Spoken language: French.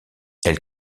elle